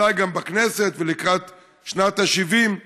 ואולי גם בכנסת, ולקראת שנת ה-70,